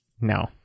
No